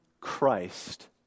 Christ